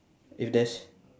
if there's